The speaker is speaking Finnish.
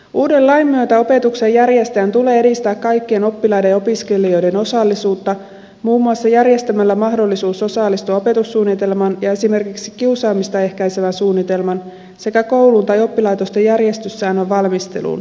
uuden lain myötä opetuksen järjestäjän tulee edistää kaikkien oppilaiden ja opiskelijoiden osallisuutta muun muassa järjestämällä mahdollisuus osallistua opetussuunnitelman ja esimerkiksi kiusaamista ehkäisevän suunnitelman sekä koulun tai oppilaitosten järjestyssäännön valmisteluun